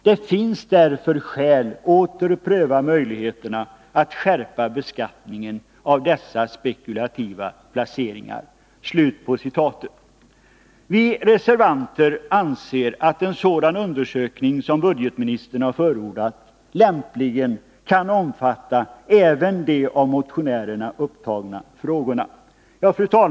Det finns därför skäl att åter pröva möjligheterna att skärpa beskattningen av dessa spekulativa placeringar.” Vi reservanter anser att en sådan undersökning som budgetministern har förordat lämpligen kan omfatta även de av motionärerna upptagna frågorna.